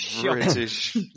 British